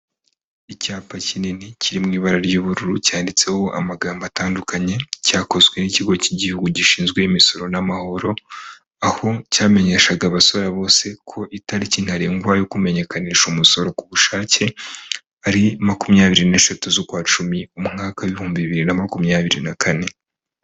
Icyapa kinini kiri mu ibara ry'ubururu cyanditseho amagambo atandukanye, cyakozwe n'ikigo cy'igihugu gishinzwe imisoro n'amahoro, aho cyamenyeshaga abasore bose ko itariki ntarengwa yo kumenyekanisha umusoro ku bushake, ari makumyabiri n'eshatu z'ukwa cumi, umwaka w'ibihumbi bibiri na makumyabiri na kane.